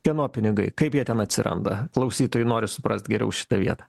kieno pinigai kaip jie ten atsiranda klausytojai nori suprast geriau šitą vietą